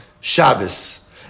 Shabbos